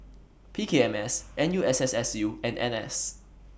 P K M S N U S S U and N S